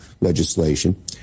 legislation